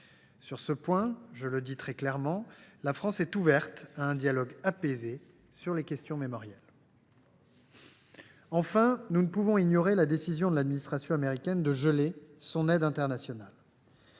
À ce sujet, je le dis très clairement, la France est ouverte à un dialogue apaisé sur les questions mémorielles. Enfin, nous ne pouvons ignorer la décision de l’administration américaine de geler son aide internationale.